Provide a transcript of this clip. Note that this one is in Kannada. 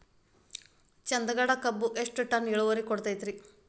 ಚಂದಗಡ ಕಬ್ಬು ಎಷ್ಟ ಟನ್ ಇಳುವರಿ ಕೊಡತೇತ್ರಿ?